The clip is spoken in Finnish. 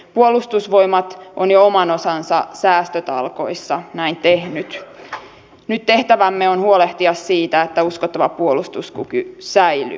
puolustusvoimat on jo oman osansa säästötalkoissa näin tehnyt nyt tehtävämme on huolehtia siitä että uskottava puolustuskyky säilyy